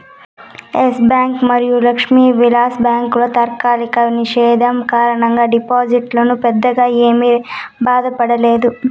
yes Bank మరియు లక్ష్మీ విలాస్ బ్యాంకుల తాత్కాలిక నిషేధం కారణంగా డిపాజిటర్లు పెద్దగా ఏమీ బాధపడలేదు